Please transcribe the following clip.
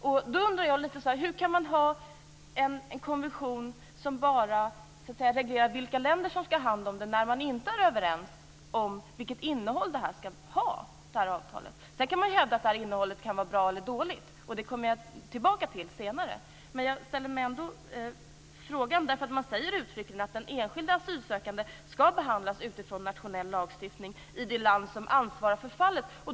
Därför undrar jag hur man kan ha en konvention som bara reglerar vilka länder som skall ha hand om detta när man inte är överens om vilket innehåll avtalet skall ha. Sedan kan man ju hävda att innehållet är bra eller att det är dåligt, och det kommer jag tillbaka till senare. Men jag ställer frågan därför att man säger uttryckligen att enskilda asylsökande skall behandlas utifrån nationell lagstiftning i det land som ansvarar för fallet.